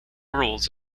rules